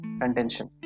contention